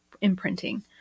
imprinting